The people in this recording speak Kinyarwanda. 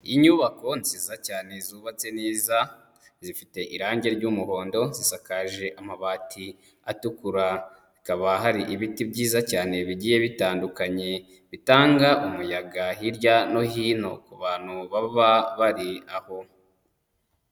Inyubako nziza cyane zubatse neza, zifite irangi ry'umuhondo, zisakaje amabati atukura, hakaba hari ibiti byiza cyane bigiye bitandukanye bitanga umuyaga hirya no hino ku bantu baba bari aho.